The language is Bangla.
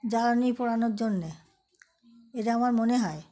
জ্বালানি পোড়ানোর জন্যে এটা আমার মনে হয়